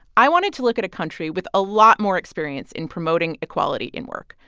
i wanted to look at a country with a lot more experience in promoting equality in work.